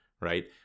right